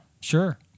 sure